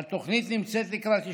והתוכנית נמצאת לקראת אישור.